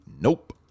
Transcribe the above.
Nope